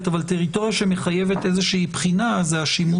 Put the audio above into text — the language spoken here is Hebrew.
שהטריטוריה שמחייבת איזושהי בחינה זה השימוש